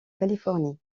californie